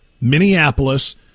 Minneapolis